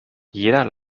jeder